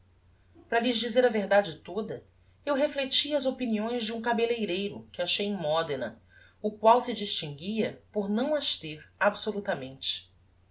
para lhes dizer a verdade toda eu reflectia as opiniões de um cabelleireiro que achei em modena o qual se distinguia por não as ter absolutamente